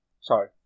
Sorry